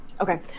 Okay